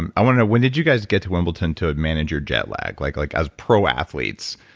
and i want to know, when did you guys get to wimbledon to manage your jet lag like like as pro athletes?